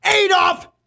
Adolf